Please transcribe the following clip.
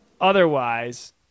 Otherwise